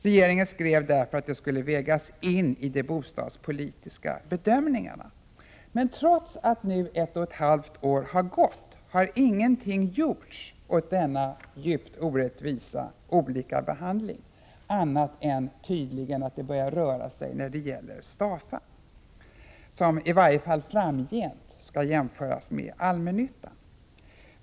Regeringen skrev därför att detta skulle vägas in i de bostadspolitiska bedömningarna. Trots att nu ett och ett halvt år har gått har ingenting gjorts åt denna djupt orättvisa olikabehandling, annat än att det tydligen börjar röra på sig när det gäller Stafa, som i varje fall framgent skall jämställas med allmännyttan.